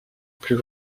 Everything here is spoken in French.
plus